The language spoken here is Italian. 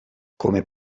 come